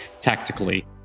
tactically